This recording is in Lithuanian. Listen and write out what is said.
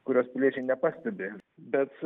kurios piliečiai nepastebi bet